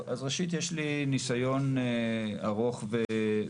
אז ראשית יש לי ניסיון ארוך והיכרות.